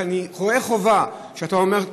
אך אני רואה חובה שאתה רואה,